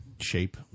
shape